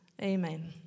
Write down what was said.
Amen